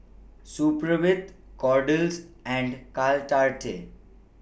Supravit Kordel's and Caltrate